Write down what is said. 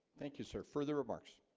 thank you sir further remarks